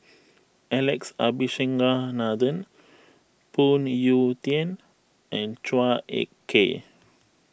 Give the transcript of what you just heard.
Alex Abisheganaden Phoon Yew Tien and Chua Ek Kay